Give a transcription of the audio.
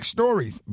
Stories